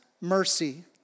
mercy